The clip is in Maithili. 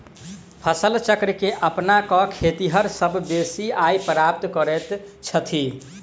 फसल चक्र के अपना क खेतिहर सभ बेसी आय प्राप्त करैत छथि